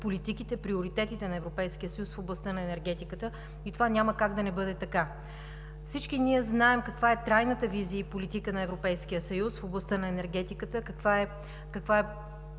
политиките, приоритетите на Европейския съюз в областта на енергетиката и това няма как да не бъде така. Всички ние знаем каква е трайната визия и политика на Европейския съюз в областта на енергетиката, каква е